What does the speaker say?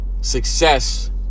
success